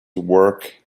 work